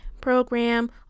program